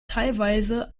teilweise